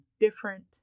different